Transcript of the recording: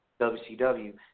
WCW